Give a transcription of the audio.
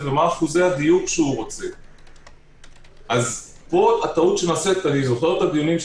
דקה, דקה וחצי, אני אומרת לכל הדוברים.